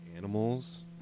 Animals